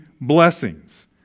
blessings